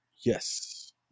Yes